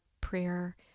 Prayer